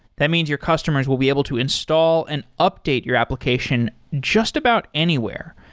that means your customers will be able to install and update your application just about anywhere.